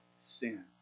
sin